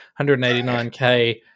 189K